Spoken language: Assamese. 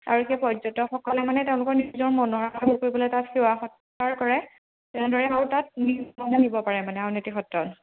আৰু সেই পৰ্যটকসকলে মানে তেওঁলোকৰ নিজৰ মনৰ কৰিবলৈ তাত সেৱা সৎকাৰ কৰে তেনেদৰে আৰু তাত নিব পাৰে মানে আউনিআটি সত্ৰত